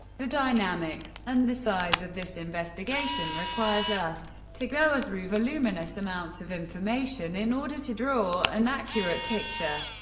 the dynamics and the size of this investigation requires us to go ah through voluminous amounts of information in order to draw an accurate picture.